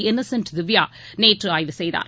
Innocent திவ்யாநேற்றுஆய்வு செய்தார்